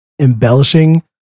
embellishing